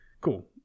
Cool